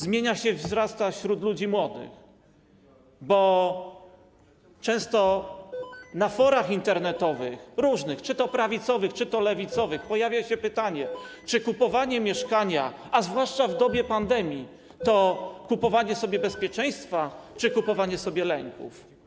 Zmienia się, bo wzrasta to wśród ludzi młodych, bo często na różnych forach internetowych, czy to prawicowych, czy lewicowych, pojawia się pytanie, czy kupowanie mieszkania, a zwłaszcza w dobie pandemii, to kupowanie sobie bezpieczeństwa, czy kupowanie sobie lęków.